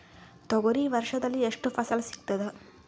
ತೊಗರಿ ವರ್ಷದಲ್ಲಿ ಎಷ್ಟು ಫಸಲ ಸಿಗತದ?